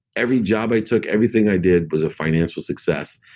every job i took, everything i did was a financial success.